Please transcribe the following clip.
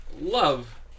love